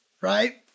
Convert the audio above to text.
right